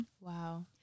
Wow